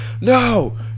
no